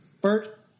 Bert